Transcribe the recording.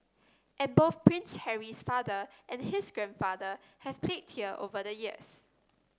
and both Prince Harry's father and his grandfather have played here over the years